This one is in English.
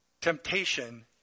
temptation